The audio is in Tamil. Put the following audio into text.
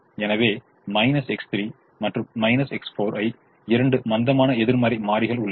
எனவே X3 மற்றும் X4 ஐ 2 மந்தமான எதிர்மறை மாறிகள் உள்ளன